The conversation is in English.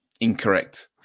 Incorrect